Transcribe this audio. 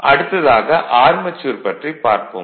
அடுத்ததாக அர்மெச்சூர் பற்றி பார்ப்போம்